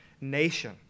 nation